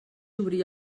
obrir